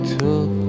took